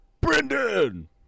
Brendan